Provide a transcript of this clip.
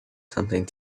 something